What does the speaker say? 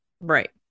Right